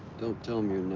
don't tell me